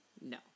No